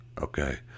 Okay